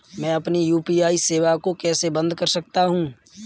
मैं अपनी यू.पी.आई सेवा को कैसे बंद कर सकता हूँ?